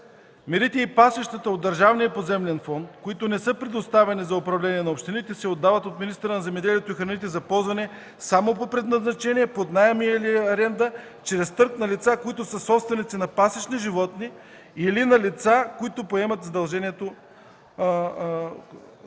Мерите и пасищата от Държавния поземлен фонд, които не са предоставени за управление на общините, се отдават от министъра на земеделието и храните за ползване само по предназначение под наем или аренда чрез търг на лица, които са собственици на пасищни животни или на лица, които поемат задължението